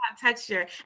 texture